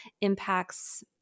impacts